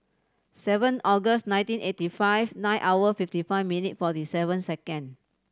seven August nineteen eighty five nine hour fifty five minute forty seven second